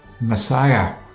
messiah